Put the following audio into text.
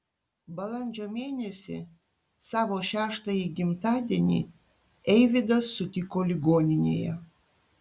balandžio mėnesį savo šeštąjį gimtadienį eivydas sutiko ligoninėje